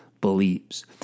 believes